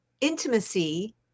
intimacy